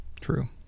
True